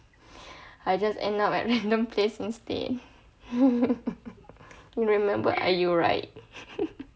I just end up at random place instead you remember about ayu right